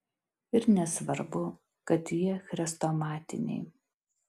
ir nesvarbu kad jie chrestomatiniai